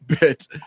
bit